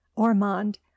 ormond